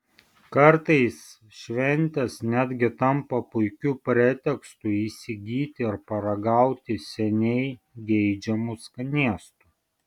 kartais šventės netgi tampa puikiu pretekstu įsigyti ir paragauti seniai geidžiamų skanėstų